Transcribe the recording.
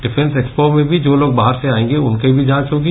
defence expo में भी जो लोग बाहर से आएगे उनकी भी जांच होगी